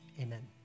Amen